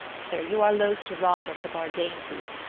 sir, you are loth to rob us of our dainties.